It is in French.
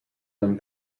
hommes